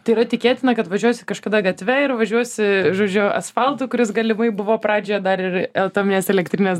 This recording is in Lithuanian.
tai yra tikėtina kad važiuosi kažkada gatve ir važiuosi žodžiu asfaltu kuris galimai buvo pradžioje dar ir atominės elektrinės